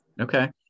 Okay